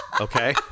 Okay